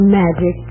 magic